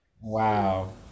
wow